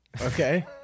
okay